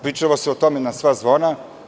Pričalo se o tome na sva zvona.